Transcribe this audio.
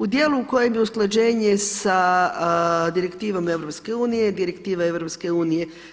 U dijelu u kojem je usklađenje sa direktivom EU, direktiva EU